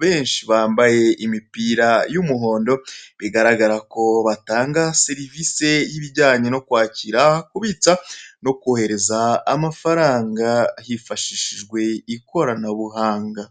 benshi bambaye imipira y'umuhondo, bigaragara ko batanga serivise y'ibijyanye no kwakira kubitsa no kohereza amafaranga hifashishijwe ikoranabuhanga.